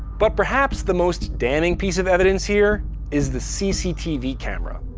but perhaps the most damning piece of evidence here is the cctv camera.